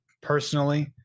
personally